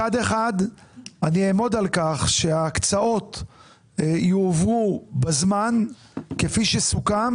מצד אחד אני אעמוד על כך שההקצאות יובאו בזמן כפי שסוכם